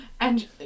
and-